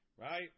Right